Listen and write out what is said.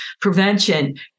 prevention